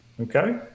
Okay